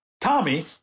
Tommy